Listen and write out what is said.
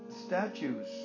statues